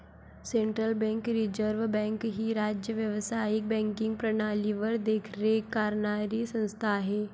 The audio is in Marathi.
सेंट्रल बँक रिझर्व्ह बँक ही राज्य व्यावसायिक बँकिंग प्रणालीवर देखरेख करणारी संस्था आहे